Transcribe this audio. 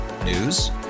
news